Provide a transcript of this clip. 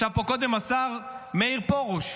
ישב פה קודם השר מאיר פרוש,